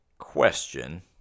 Question